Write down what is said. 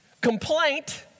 Complaint